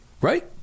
right